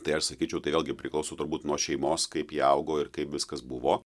tai aš sakyčiau tai vėlgi priklauso turbūt nuo šeimos kaip jie augo ir kaip viskas buvo